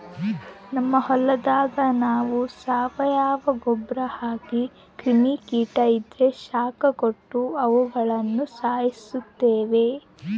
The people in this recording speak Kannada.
ನಮ್ ಹೊಲದಾಗ ನಾವು ಸಾವಯವ ಗೊಬ್ರ ಹಾಕಿ ಕ್ರಿಮಿ ಕೀಟ ಇದ್ರ ಶಾಖ ಕೊಟ್ಟು ಅವುಗುಳನ ಸಾಯಿಸ್ತೀವಿ